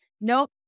nope